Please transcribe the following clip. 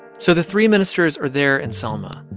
so the three ministers are there in selma.